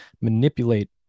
manipulate